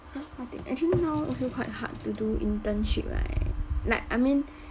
!huh! what thing actually now also quite hard to do internship right like I mean